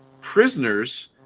prisoners